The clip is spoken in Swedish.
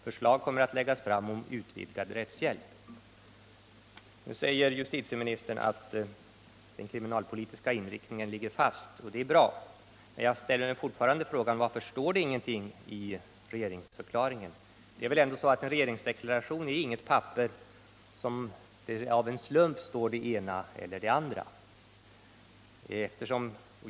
Förslag kommer att läggas fram om utvidgad rättshjälp.” Nu säger justitieministern att den kriminalpolitiska inriktningen ligger fast, och det är bra. Men jag ställer fortfarande frågan: Varför står det ingenting om det i regeringsförklaringen? En regeringsdeklaration är väl ändå inget papper, där det av en slump står det ena eller det andra.